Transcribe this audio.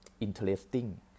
interesting